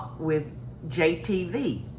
with jtv